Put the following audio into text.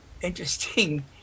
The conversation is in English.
interesting